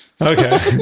Okay